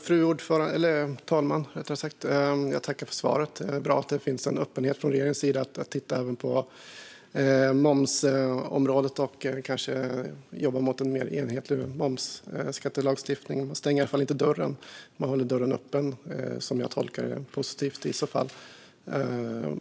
Fru talman! Jag tackar för svaret. Det är bra att det finns en öppenhet från regeringens sida för att titta även på momsområdet och kanske jobba mot en mer enhetlig momslagstiftning. Man stänger i alla fall inte dörren utan håller den öppen, som jag tolkar det. Det är positivt i så fall.